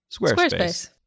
Squarespace